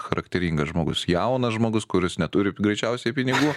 charakteringas žmogus jaunas žmogus kuris neturi greičiausiai pinigų